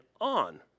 on